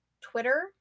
Twitter